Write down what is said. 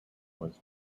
was